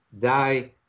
die